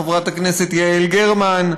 חברת הכנסת יעל גרמן,